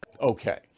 Okay